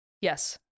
Yes